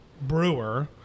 brewer